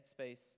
headspace